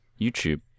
YouTube